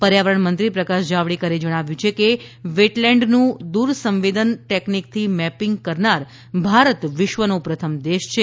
પર્યાવરણ મંત્રી પ્રકાશ જાવડેકરે જણાવ્યું છે કે વેટલેન્ડનું દૂર સંવેદન ટેકનીકથી મેપિંગ કરનાર ભારત વિશ્વનો પ્રથમ દેશ છે